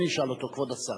אני אשאל אותו, כבוד השר.